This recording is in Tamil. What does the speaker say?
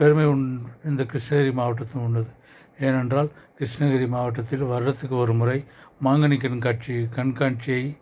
பெருமை இந்த கிருஷ்ணகிரி மாவட்டத்தில் உள்ளது ஏன் என்றால் கிருஷ்ணகிரி மாவட்டத்தில் வருடத்துக்கு ஒரு முறை மாங்கனி கண்காட்சி கண்காட்சியை